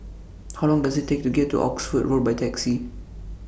How Long Does IT Take to get to Oxford Road By Taxi